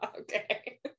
Okay